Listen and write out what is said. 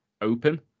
open